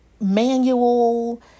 manual